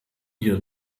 hier